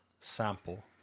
sample